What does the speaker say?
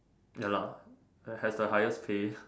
ya lah have the highest pay